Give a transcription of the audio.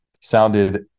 sounded